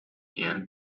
and